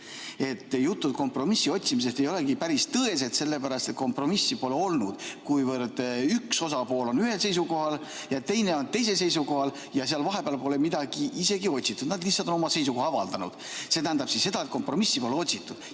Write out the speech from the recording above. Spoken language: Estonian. nüüd silmas 366 SE-d – ei olegi päris tõesed, sellepärast et kompromissi pole olnud, kuivõrd üks osapool on ühel seisukohal ja teine on teisel seisukohal, seal vahepeal pole midagi isegi otsitud, nad on lihtsalt oma seisukoha avaldanud. See tähendab seda, et kompromissi pole otsitud.